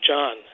John